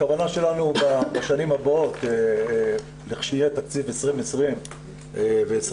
הכוונה שלנו בשנים הבאות לכשיהיה תקציב 2020 ו-2021,